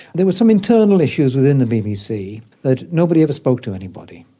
there was some internal issues within the bbc that nobody ever spoke to anybody.